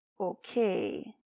Okay